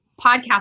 podcast